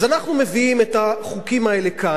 אז אנחנו מביאים את החוקים האלה כאן,